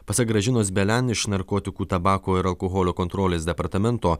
pasak gražinos belian iš narkotikų tabako ir alkoholio kontrolės departamento